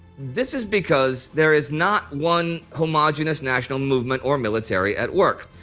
this is because there is not one homogenous national movement or military at work.